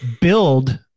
build